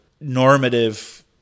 normative